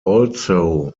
also